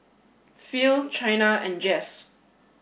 Phil Chynna and Jess